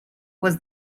was